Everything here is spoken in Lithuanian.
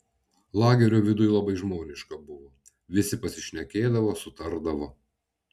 lagerio viduj labai žmoniška buvo visi pasišnekėdavo sutardavo